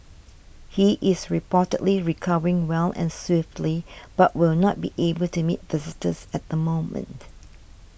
he is reportedly recovering well and swiftly but will not be able to meet visitors at the moment